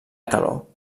calor